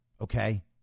Okay